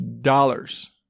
dollars